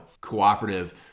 cooperative